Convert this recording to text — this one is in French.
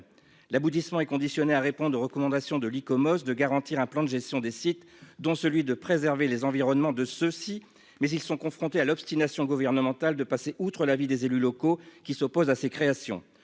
l'aboutissement est conditionné à répondre aux recommandations de l'ICOM hausse de garantir un plan de gestion des sites dont celui de préserver l'environnement de ceux-ci, mais ils sont confrontés à l'obstination gouvernementale de passer outre l'avis des élus locaux qui s'oppose à ces créations,